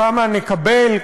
כמה נקבל?